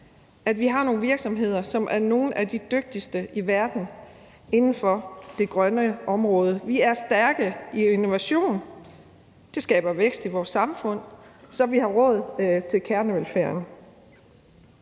at vi har nogle virksomheder, som er nogle af de dygtigste i verden inden for det grønne område. Vi er stærke i innovation, og det skaber vækst i vores samfund, så vi har råd til kernevelfærden.